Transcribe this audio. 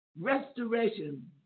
restoration